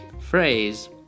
phrase